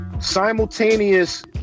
simultaneous